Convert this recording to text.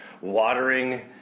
watering